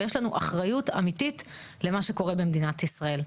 ויש לנו אחריות אמיתי למה שקורה במדינת ישראל.